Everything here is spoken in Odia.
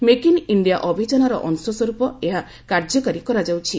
ମେକ୍ ଇନ୍ ଇଣ୍ଡିଆ ଅଭିଯାନର ଅଂଶସ୍ୱରୂପ ଏହା କାର୍ଯ୍ୟକାରୀ କରାଯାଉଛି